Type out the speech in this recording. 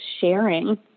sharing